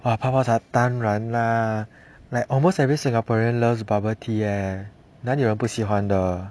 泡泡茶当然 lah like almost every singaporean loves bubble tea eh 哪里有人不喜欢的